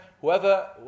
whoever